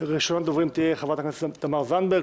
ראשונת הדוברים תהיה חברת הכנסת תמר זנדברג.